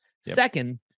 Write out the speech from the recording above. Second